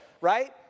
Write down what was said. Right